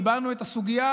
ליבנו את הסוגיה,